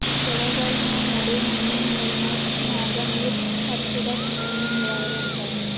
ಬೆಳೆಗಳ್ಮ ನಡು ಮಣ್ಣಿನ್ ಮೇಲ್ಮೈ ಮ್ಯಾಗ ನೀರ್ ಹರಿಸದಕ್ಕ ಮೇಲ್ಮೈ ನೀರಾವರಿ ಅಂತಾರಾ